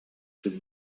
dem